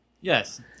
Yes